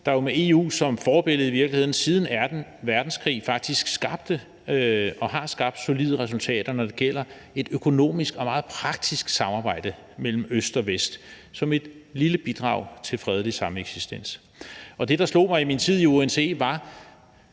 der jo med EU som forbillede i virkeligheden siden anden verdenskrig faktisk skabte og har skabt solide resultater, når det gælder et økonomisk og meget praktisk samarbejde mellem Øst og Vest, som et lille bidrag til fredelig sameksistens. Det, der slog mig i min tid i UNECE, var,